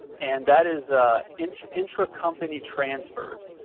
and that is ah is intra-company transfers.